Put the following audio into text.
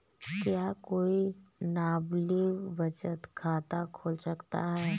क्या कोई नाबालिग बचत खाता खोल सकता है?